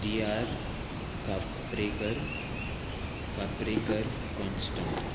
D R Kaprekar Kaprekar constant